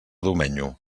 domenyo